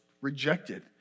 rejected